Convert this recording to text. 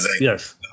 Yes